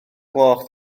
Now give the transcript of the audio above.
gloch